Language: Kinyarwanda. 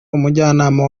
umujyanama